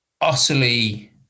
utterly